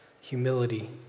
humility